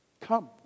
Come